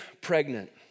pregnant